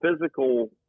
physical